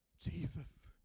Jesus